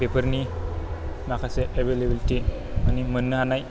बेफोरनि माखासे एबेलेबेलिटि माने मोननो हानाय